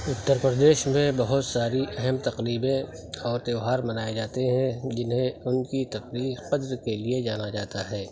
اتّر پردیش میں بہت ساری اہم تقریبیں اور تیوہار منائے جاتے ہیں جنہیں ان کی تقریب قدر کے لیے جانا جاتا ہے